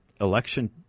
election